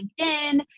LinkedIn